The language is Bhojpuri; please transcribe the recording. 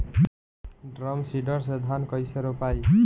ड्रम सीडर से धान कैसे रोपाई?